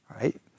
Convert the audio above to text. right